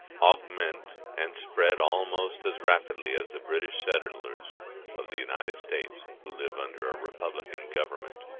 augment and spread almost as rapidly as the british settlers of the united states, who live under a republican government.